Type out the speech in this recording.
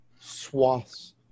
swaths